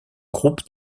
groupe